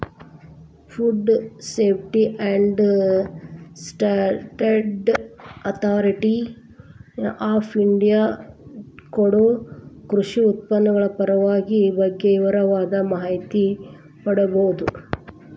food safety and standard authority of India ಕೊಡೊ ಕೃಷಿ ಉತ್ಪನ್ನಗಳ ಪರವಾನಗಿ ಬಗ್ಗೆ ವಿವರವಾದ ಮಾಹಿತಿ ಪಡೇಬೋದು